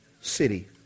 city